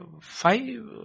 five